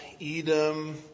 Edom